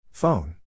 Phone